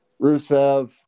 Rusev